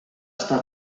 està